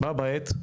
בה בעת,